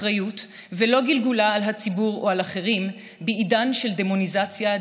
אחריות ולא גלגולה על הציבור או על אחרים בעידן של דמוניזציה,